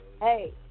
Hey